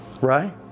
right